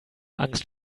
angst